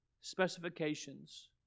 specifications